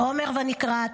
עומר ונקרט,